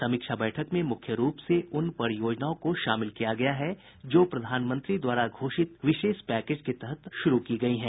समीक्षा बैठक में मुख्य रूप से उन परियोजनाओं को शामिल किया गया है जो प्रधानमंत्री द्वारा घोषित विशेष पैकेज के तहत शुरू की गयी हैं